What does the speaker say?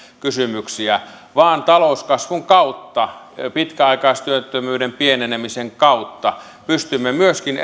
kysymyksiä vaan talouskasvun kautta pitkäaikaistyöttömyyden pienenemisen kautta pystymme myöskin